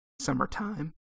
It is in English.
summertime